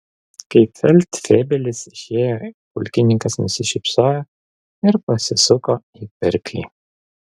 kai feldfebelis išėjo pulkininkas nusišypsojo ir pasisuko į pirklį